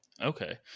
Okay